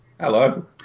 Hello